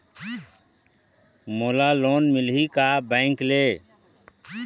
मोला लोन मिलही का बैंक ले?